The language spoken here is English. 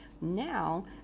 Now